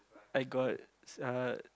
I got uh